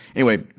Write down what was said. anyway,